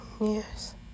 Yes